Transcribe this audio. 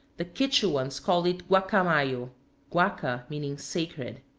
the quichuans call it guacamayo, guaca meaning sacred.